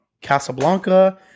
Casablanca